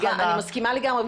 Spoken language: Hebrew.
אני מסכימה לגמרי,